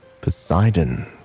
Poseidon